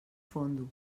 fondo